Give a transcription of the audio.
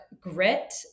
grit